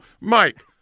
Mike